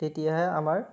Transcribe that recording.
তেতিয়াহে আমাৰ